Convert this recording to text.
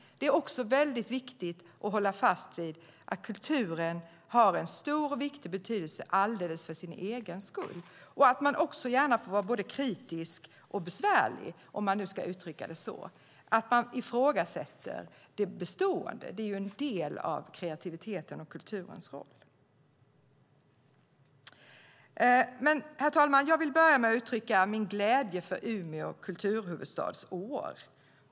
Det är också väldigt viktigt att hålla fast vid att kulturen har en stor och viktig betydelse alldeles för sin egen skull och att man gärna får vara både kritisk och besvärlig, om man nu ska uttrycka det så. Att man ifrågasätter det bestående är en del av kreativiteten och kulturens roll. Herr talman! Jag vill börja med att uttrycka min glädje över Umeå kulturhuvudstadsår.